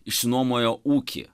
išsinuomojo ūkį